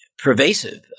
pervasive